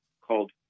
called